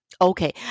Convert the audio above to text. Okay